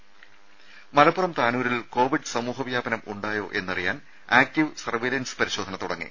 രുമ മലപ്പുറം താനൂരിൽ കോവിഡ് സമൂഹ വ്യാപനം ഉണ്ടായോ എന്നറിയാൻ ആക്ടീവ് സർവ്വൈലൻസ് പരിശോധന തുടങ്ങി